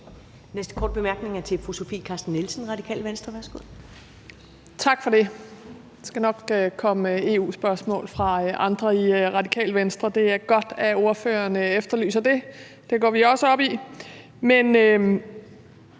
Næste korte bemærkning er til fru Sofie Carsten Nielsen, Radikale Venstre. Værsgo. Kl. 16:30 Sofie Carsten Nielsen (RV) : Tak for det. Der skal nok komme EU-spørgsmål fra andre i Radikale Venstre. Det er godt, at ordføreren efterlyser det, for det går vi også op i. Men